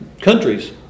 countries